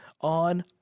on